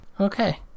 okay